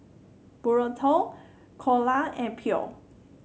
Burrito Dhokla and Pho